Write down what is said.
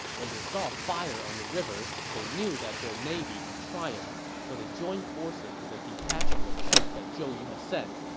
when they saw fire on the river, they knew that their navy had triumphed, so they joined forces with a detachment of troops that zhou yu had sent,